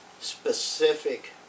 specific